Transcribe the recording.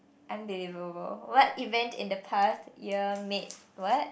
unbelievable what event in the past year made what